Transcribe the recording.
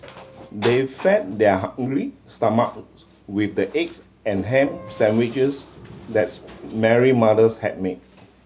they fed their hungry stomach with the eggs and ham sandwiches that's Mary mothers had made